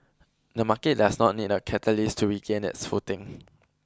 the market does not need a catalyst to regain its footing